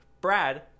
Brad